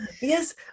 yes